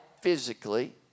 physically